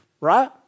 right